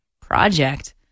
project